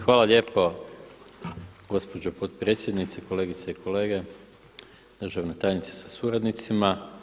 Hvala lijepo gospođo potpredsjednice, kolegice i kolege, državna tajnice sa suradnicima.